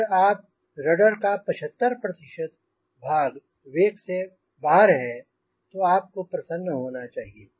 अगर आप के रडर का 75 भाग वेक से बाहर है तो आप को प्रसन्न होना चाहिए